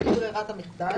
אבל היא ברירת המחדל.